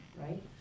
right